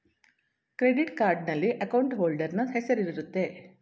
credit ಕಾರ್ಡ್ನಲ್ಲಿ account holder ನ ಹೆಸರಿರುತ್ತೆ